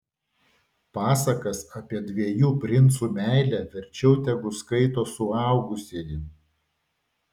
pasakas apie dviejų princų meilę verčiau tegu skaito suaugusieji